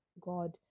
God